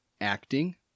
acting